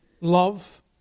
love